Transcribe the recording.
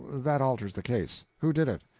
that alters the case. who did it?